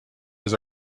was